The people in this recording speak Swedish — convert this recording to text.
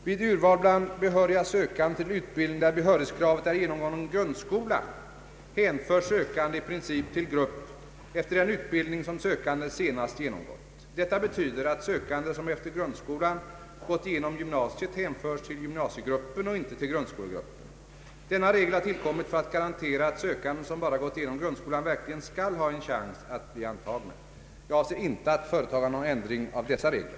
Vid urval bland behöriga sökande till utbildning där behörighetskravet är genomgången grundskola hänförs sökande i princip till grupp efter den utbildning som sökanden senast genomgått. Detta betyder att sökande som efter grundskolan gått igenom gymnasiet hänförs till gymnasiegruppen och inte till grundskolegruppen. Denna regel har tillkommit för att garantera att sökande som bara gått igenom grundskolan verkligen skall ha en chans att bli antagna. Jag avser inte att företa någon ändring av dessa regler.